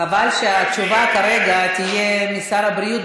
חבל שהתשובה כרגע תהיה משר הבריאות,